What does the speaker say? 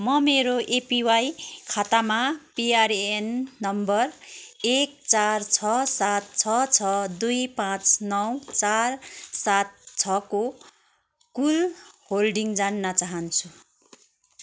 म मेरो एपिवाई खातामा पिआरएएन नम्बर एक चार छ सात छ छ दुई पाँच नौ चार सात छ को कुल होल्डिङ जान्न चाहन्छु